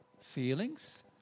feelings